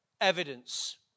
evidence